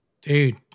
dude